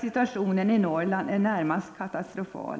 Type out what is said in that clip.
Situationen i Norrland är närmast katastrofal.